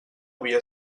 havia